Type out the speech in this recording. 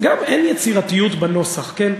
גם אין יצירתיות בנוסח, כן?